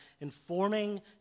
informing